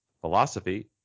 philosophy